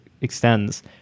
extends